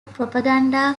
propaganda